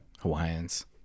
Hawaiians